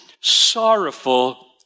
sorrowful